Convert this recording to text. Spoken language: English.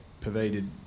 pervaded